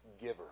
giver